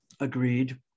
Agreed